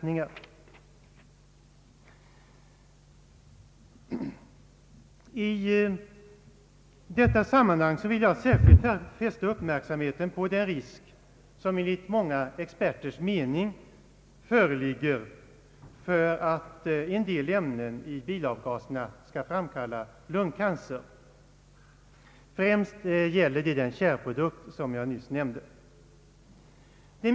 I detta sammanhang vill jag särskilt fästa uppmärksamheten på den risk som enligt många experters mening föreligger för att en del ämnen i bilavgaserna skall framkalla lungcancer — främst gäller det den tjärprodukt jag nyss nämnde.